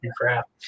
crap